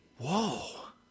whoa